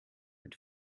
mit